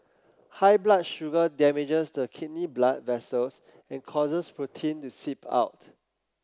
high blood sugar damages the kidney blood vessels and causes protein to seep out